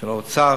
של האוצר.